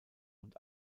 und